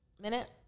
Minute